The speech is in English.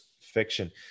fiction